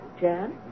Jan